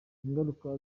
ingaruka